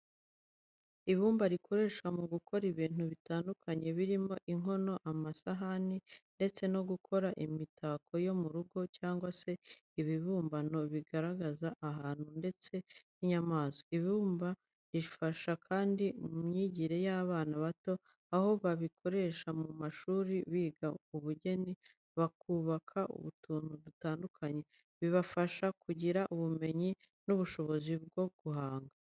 Ibumba rikoreshwa mu gukora ibintu bitandukanye birimo inkono, amasahani, ndetse no gukora imitako yo murugo cyangwa se ibibumbano bigaragaza abantu ndetse n'inyamaswa. Ibumba rifasha kandi mu myigire y'abana bato, aho barikoresha mu mashuri biga ubugeni, bakubaka utuntu dutandukanye, bibafasha kugira ubumenyi n'ubushobozi bwo guhanga.